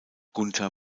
gunter